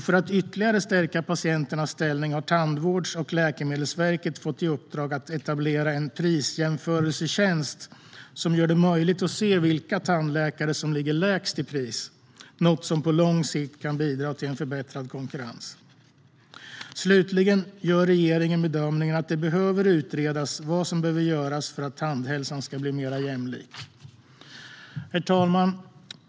För att ytterligare stärka patienternas ställning har Tandvårds och läkemedelsförmånsverket fått i uppdrag att etablera en prisjämförelsetjänst, som gör det möjligt att se vilka tandläkare som ligger lägst i pris. Detta kan på lång sikt bidra till en förbättrad konkurrens. Regeringen gör slutligen bedömningen att det behöver utredas vad som måste göras för att tandhälsan ska bli mer jämlik. Herr talman!